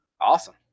Awesome